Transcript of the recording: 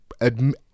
admit